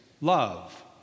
love